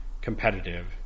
competitive